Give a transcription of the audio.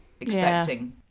expecting